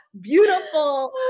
beautiful